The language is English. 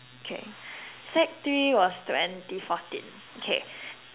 okay sec three was twenty fourteen okay